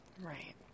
Right